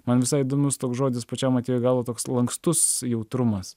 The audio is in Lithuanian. man visai įdomus toks žodis pačiam atėjo į galvą toks lankstus jautrumas